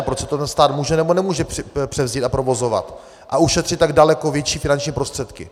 Proč si to ten stát může nebo nemůže převzít a provozovat a ušetřit tak daleko větší finanční prostředky.